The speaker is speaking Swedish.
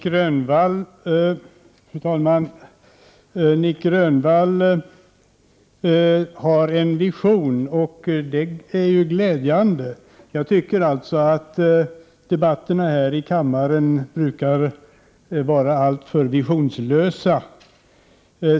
Fru talman! Nic Grönvall säger sig ha en vision, och det är glädjande. Debatterna här i kammaren brukar annars vara alltför visionslösa.